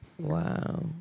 Wow